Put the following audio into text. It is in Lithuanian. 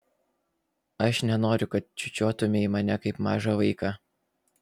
aš nenoriu kad čiūčiuotumei mane kaip mažą vaiką